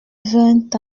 vingt